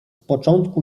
początku